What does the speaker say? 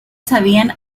sabían